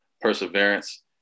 perseverance